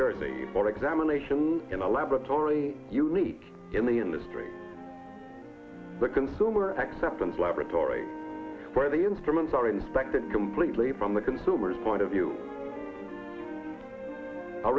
jersey for examination in a laboratory unique in the industry the consumer acceptance retore where the instruments are inspected completely from the consumer's point of view a